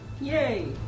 Yay